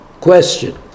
Question